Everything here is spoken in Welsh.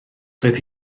doedd